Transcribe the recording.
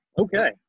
Okay